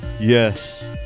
Yes